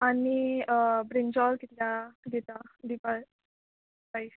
आनी ब्रिंजॉल कितल्या दिता दिवपा अय